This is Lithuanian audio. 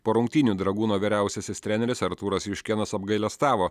po rungtynių dragūno vyriausiasis treneris artūras juškėnas apgailestavo